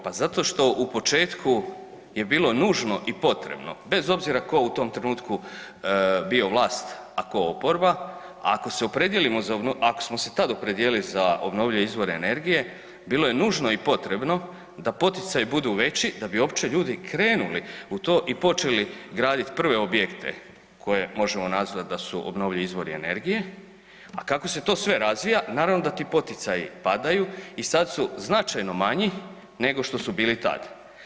Pa zato što u početku je bilo nužno i potrebno bez obzira tko je u tom trenutku bio vlast, a tko oporba, ako se opredijelimo, ako smo se tad opredijelili za obnovljive izvore energije bilo je nužno i potrebno da poticaji budu veći da bi uopće ljudi krenuli u to i počeli graditi prve objekte koje možemo nazvati da su obnovljivi izvori energije, a kako se to sve razvija naravno da ti poticaji padaju i sad su značajno manji nego što su bili tad.